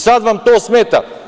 Sad vam to smeta.